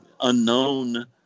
unknown